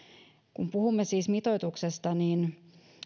kun puhumme siis mitoituksesta niin